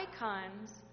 icons